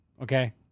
Okay